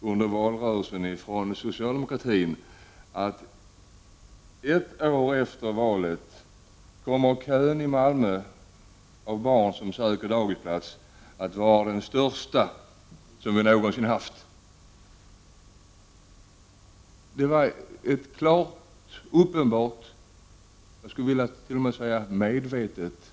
Under valrörelsen sade man från socialdemokratin ingenting om att ett år efter valet skulle kön i Malmö av barn som söker dagisplats vara den största som vi någonsin haft. Det var ett uppenbart — jag skulle t.o.m. vilja säga medvetet